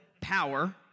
power